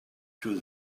too